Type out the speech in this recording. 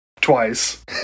twice